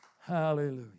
hallelujah